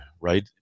right